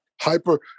hyper